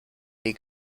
nie